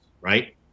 right